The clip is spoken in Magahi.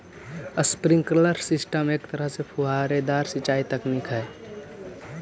स्प्रिंकलर सिस्टम एक तरह के फुहारेदार सिंचाई तकनीक हइ